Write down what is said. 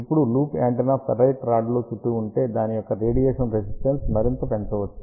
ఇప్పుడు loop antenna ferrite రాడ్లో చుట్టి ఉంటే దాని యొక్క రేడియేషన్ రెసిస్టెన్స్ ను మరింత పెంచవచ్చు